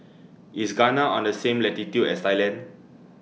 IS Ghana on The same latitude as Thailand